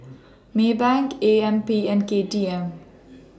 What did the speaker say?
Maybank A M P and K T M